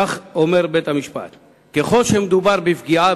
וכך אומר בית-המשפט: ככל שמדובר בפגיעה